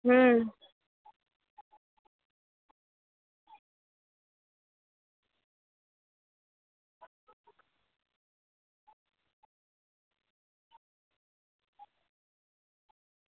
હં